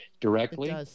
directly